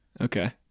okay